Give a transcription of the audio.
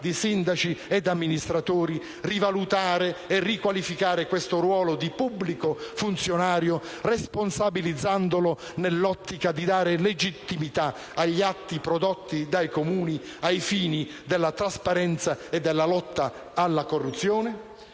di sindaci ed amministratori rivalutare e riqualificare questo ruolo di pubblico funzionario, responsabilizzandolo nell'ottica di dare legittimità agli atti prodotti dai Comuni ai fini della trasparenza e della lotta alla corruzione?